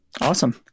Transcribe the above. Awesome